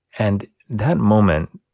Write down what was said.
and that moment,